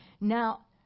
Now